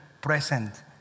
present